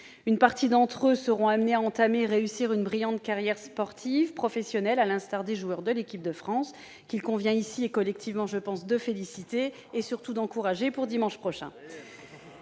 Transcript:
Une partie d'entre eux seront amenés à entamer et à réussir une brillante carrière sportive professionnelle, à l'instar des joueurs de l'Équipe de France, qu'il convient ici collectivement, me semble-t-il, de féliciter et, surtout, d'encourager pour la finale de dimanche prochain.